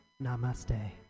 Namaste